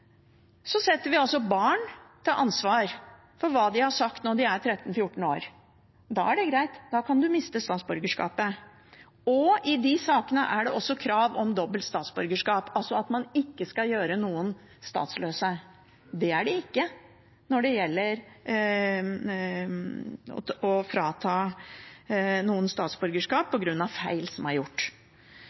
vi altså barn til ansvar for hva de har sagt når de er 13–14 år. Da er det greit, da kan du miste statsborgerskapet. I de sakene er det også krav om dobbelt statsborgerskap, altså at man ikke skal gjøre noen statsløse. Det er det ikke når det gjelder å frata noen statsborgerskap på grunn av feil som er gjort.